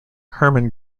herman